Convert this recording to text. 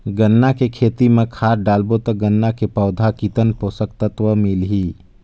गन्ना के खेती मां खाद डालबो ता गन्ना के पौधा कितन पोषक तत्व मिलही?